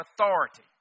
authority